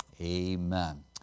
amen